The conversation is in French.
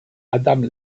adam